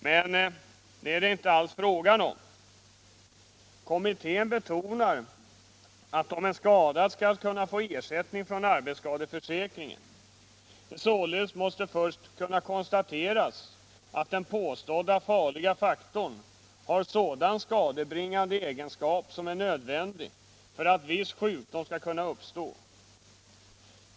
Men det är det inte alls fråga om: ”Kommittén betonar att om en skadad skall kunna få ersättning från arbetsskadeförsäkringen, det således måste först konstateras att den påstådda farliga faktorn har sådan skadebringande egenskap som är nödvändig för att viss sjukdom skall kunna uppstå.